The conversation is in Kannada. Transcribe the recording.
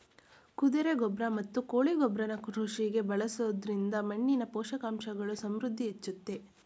ಕುದುರೆ ಗೊಬ್ರ ಮತ್ತು ಕೋಳಿ ಗೊಬ್ರನ ಕೃಷಿಗೆ ಬಳಸೊದ್ರಿಂದ ಮಣ್ಣಿನ ಪೋಷಕಾಂಶಗಳ ಸಮೃದ್ಧಿ ಹೆಚ್ಚುತ್ತೆ